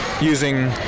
using